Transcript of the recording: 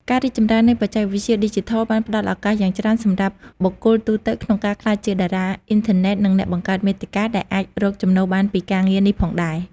ការរីកចម្រើននៃបច្ចេកវិទ្យាឌីជីថលបានផ្តល់ឱកាសយ៉ាងច្រើនសម្រាប់បុគ្គលទូទៅក្នុងការក្លាយជាតារាអុីនធឺណិត និងអ្នកបង្កើតមាតិកា ដែលអាចរកចំណូលបានពីការងារនេះផងដែរ។